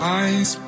eyes